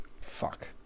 fuck